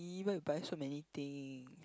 even you buy so many thing